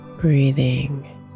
Breathing